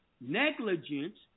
negligence